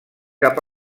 cap